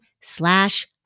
slash